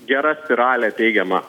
gera spiralė teigiama